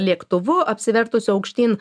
lėktuvu apsivertusiu aukštyn